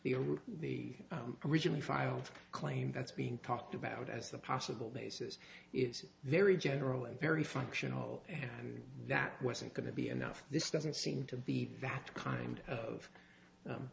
were the originally filed claim that's being talked about as the possible basis is very general and very functional and that wasn't going to be enough this doesn't seem to be that kind of